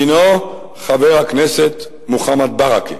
הינו חבר הכנסת מוחמד ברכה.